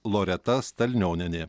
loreta stalnionienė